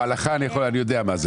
הלכה אני יודע.